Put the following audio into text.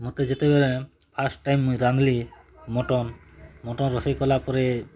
ମତେ ଯେତେବେଳେ first time ମୁଇଁ ରାନ୍ଧ୍ଲି ମଟନ୍ ମଟନ୍ ରୋଷେଇ କଲାପରେ